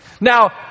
Now